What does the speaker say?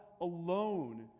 alone